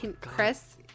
Chris